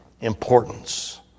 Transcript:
importance